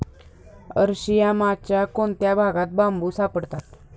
अरशियामाच्या कोणत्या भागात बांबू सापडतात?